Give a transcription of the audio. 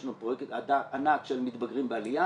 יש לנו פרויקט ענק של מתבגרים בעלייה.